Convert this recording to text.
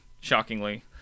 shockingly